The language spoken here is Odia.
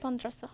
ପନ୍ଦର ଶହ